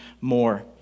more